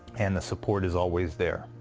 and the support is always there.